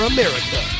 America